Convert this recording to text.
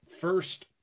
first